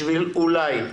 בשביל אולי,